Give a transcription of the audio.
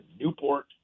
Newport